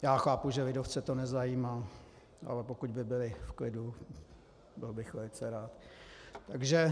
Já chápu, že lidovce to nezajímá, ale pokud by byli v klidu, byl bych velice rád.